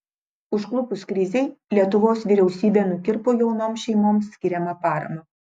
užklupus krizei lietuvos vyriausybė nukirpo jaunoms šeimoms skiriamą paramą